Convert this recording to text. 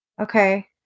Okay